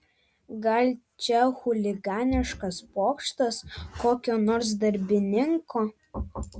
gal čia chuliganiškas pokštas kokio nors darbininko